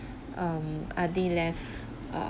um are there left